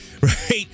right